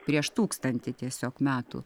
prieš tūkstantį tiesiog metų